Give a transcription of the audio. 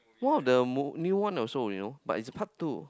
one of the mo~ new one also you know but it's the part two